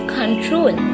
control